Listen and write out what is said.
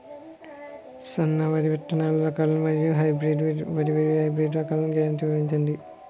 సన్న వరి విత్తనాలు రకాలను మరియు వరి హైబ్రిడ్ రకాలను గ్యారంటీ వివరించండి?